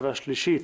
התש"ף-2020